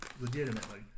legitimately